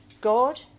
God